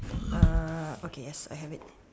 uh okay yes I have it